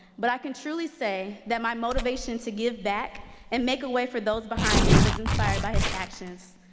but i can truly say that my motivation to give back and make a way for those behind me was inspired by his actions.